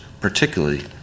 particularly